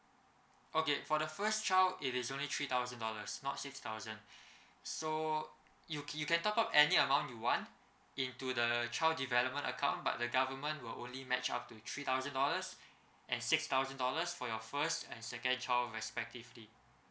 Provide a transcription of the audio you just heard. okay for the first child it is only three thousand dollars not six thousand so you you can top up any amount you want into the child development account but the government will only match up to three thousand dollars and six thousand dollars for your first and second child respectively